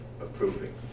approving